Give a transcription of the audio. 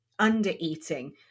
undereating